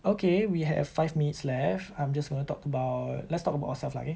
okay we have five minutes left I'm just going to talk about let's talk about ourselves lah okay